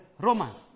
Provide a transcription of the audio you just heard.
Romans